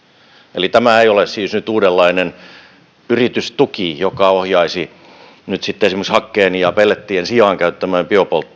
eli tämä ei ole siis nyt uudenlainen yritystuki joka ohjaisi nyt sitten esimerkiksi hakkeen ja pellettien sijaan käyttämään